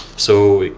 so,